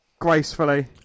gracefully